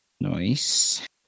Nice